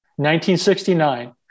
1969